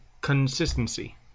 consistency